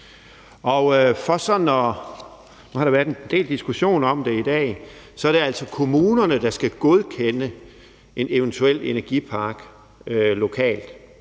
i december 2023. Nu har der været en del diskussion om det i dag, men det er altså kommunerne, der skal godkende en eventuel energipakke lokalt,